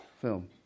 film